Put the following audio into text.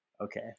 okay